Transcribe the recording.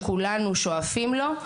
דבר שכולנו שואפים להגיע אליו.